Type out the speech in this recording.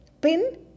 pin